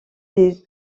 des